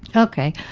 okay.